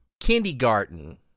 kindergarten